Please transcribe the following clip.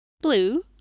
Blue